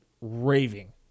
raving